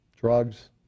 Drugs